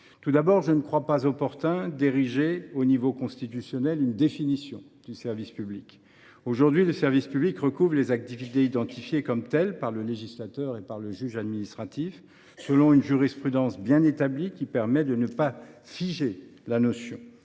mes yeux, il n’est pas opportun d’ériger au rang constitutionnel une définition du service public. Aujourd’hui, le service public recouvre les activités identifiées comme telles par le législateur et le juge administratif, selon une jurisprudence bien établie. Celle ci permet de ne pas figer la notion,